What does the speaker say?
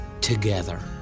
together